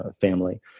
family